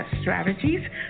strategies